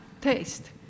taste